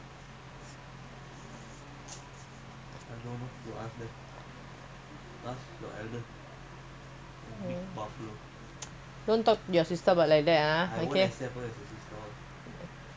don't talk to your sister about like that ah you're wrong you're all smart keep quiet you all are one family